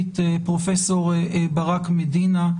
פרופ' ברק מדינה,